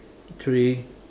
three